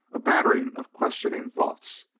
a battering of questioning thoughts.